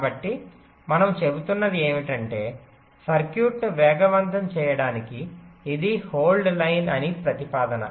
కాబట్టి మనము చెబుతున్నది ఏమిటంటే సర్క్యూట్ను వేగవంతం చేయడానికి ఇది హోల్డ్ లైన్ అని ప్రతిపాదన